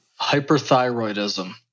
Hyperthyroidism